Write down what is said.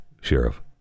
Sheriff